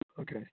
Okay